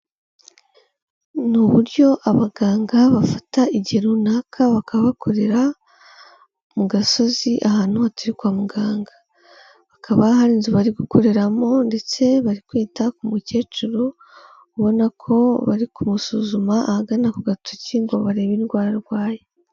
ni uburyo abaganga bafata igihe runaka bakaba bakorera mu gasozi ahantu hatari kwa muganga, bakaba hari inzu bari gukoreramo ndetse bari kwita ku mukecuru ubona ko bari kumusuzuma ahagana ku gatoki ngo barebe indwara arwaye.